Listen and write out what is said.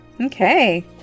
Okay